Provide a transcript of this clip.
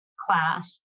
class